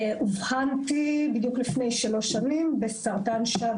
אובחנתי בדיוק לפני שלוש שנים בסרטן שד